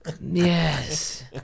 yes